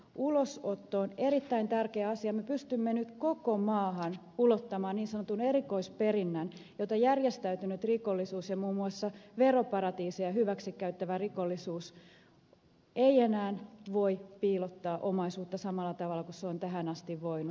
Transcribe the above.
ulosottoon erittäin tärkeä asia me pystymme nyt koko maahan ulottamaan niin sanotun erikoisperinnän jota järjestäytynyt rikollisuus ja muun muassa veroparatiiseja hyväksi käyttävä rikollisuus ei enää voi piilottaa omaisuutta samalla tavalla kuin se on tähän asti voinut